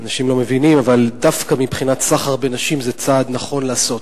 אנשים לא מבינים, אבל זה צעד נכון לעשות